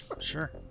sure